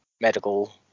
medical